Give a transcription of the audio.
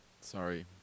sorry